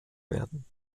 werden